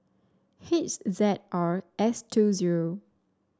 H Z R S two zero